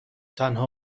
تنها